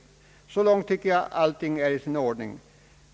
Så långt är allt i sin ordning.